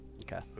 Okay